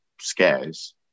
scares